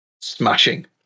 smashing